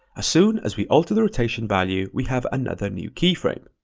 soon as we alter the rotation value, we have another new keyframe.